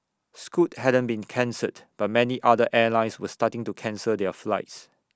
scoot hadn't been cancelled but many other airlines were starting to cancel their flights